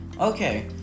Okay